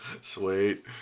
Sweet